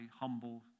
humble